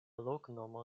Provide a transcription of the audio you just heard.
loknomo